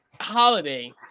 holiday